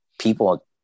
people